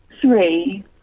Three